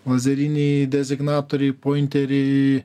lazeriniai dezignatoriai pointeriai